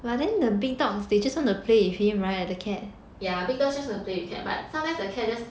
yeah big dogs just want to play with cat but sometimes the cat just